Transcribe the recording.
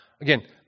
again